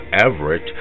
Everett